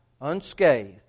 unscathed